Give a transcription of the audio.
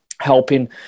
helping